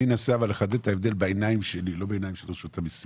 אני אנסה לחדד את ההבדל בעיניים שלי ולא בעיני רשות המיסים.